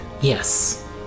Yes